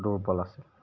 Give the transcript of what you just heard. দুৰ্বল আছিল